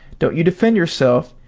don't you defend yourself.